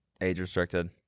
age-restricted